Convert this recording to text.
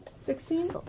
Sixteen